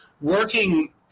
working